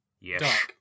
Yes